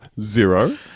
zero